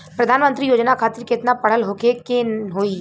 प्रधानमंत्री योजना खातिर केतना पढ़ल होखे के होई?